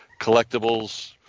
collectibles